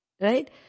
Right